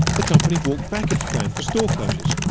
the company walked back its plan for store closures,